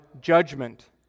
judgment